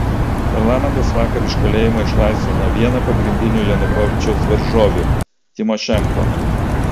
parlamentas vakar iš kalėjimo išlaisvino vieną pagrindinių janukovyčiaus varžovių tymošenko